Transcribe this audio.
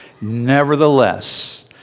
Nevertheless